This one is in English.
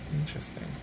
Interesting